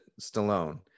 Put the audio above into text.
Stallone